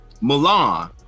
Milan